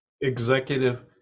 executive